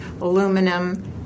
aluminum